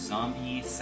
Zombie